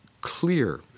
clear